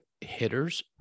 hitters